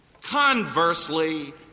Conversely